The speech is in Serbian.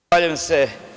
Zahvaljujem se.